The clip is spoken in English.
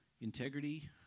integrity